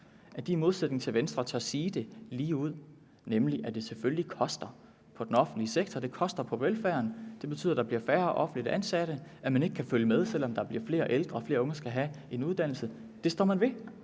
at de i modsætning til Venstre tør sige det ligeud, nemlig at det selvfølgelig koster på den offentlige sektor, at det koster på velfærden. Det betyder, at der bliver færre offentligt ansatte, at man ikke kan følge med, selv om der bliver flere ældre og flere unge skal have en uddannelse. Det står man ved,